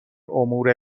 امور